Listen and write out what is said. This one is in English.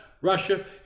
Russia